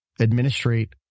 administrate